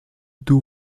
deux